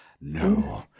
no